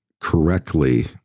correctly